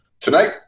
Tonight